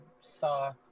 saw